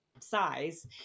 size